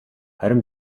харин